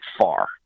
far